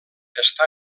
està